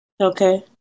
Okay